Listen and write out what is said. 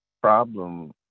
problem